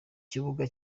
kibuga